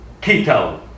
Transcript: keto